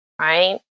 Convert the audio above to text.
Right